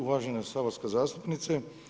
Uvažena saborska zastupnice.